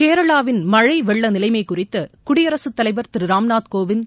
கேரளாவின் மழை வெள்ள நிலைமை குறித்து குடியரசுத் தலைவர் திரு ராம்நாத் கோவிந்த்